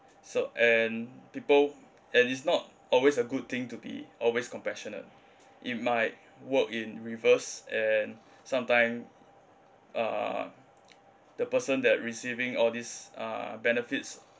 so and people and it's not always a good thing to be always compassionate it might work in reverse and sometime uh the person that receiving all these uh benefits